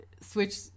switch